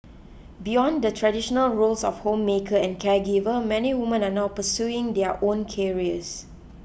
beyond the traditional roles of homemaker and caregiver many women are now pursuing their own careers